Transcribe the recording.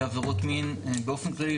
לעבירות מין - באופן כללי,